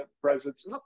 presence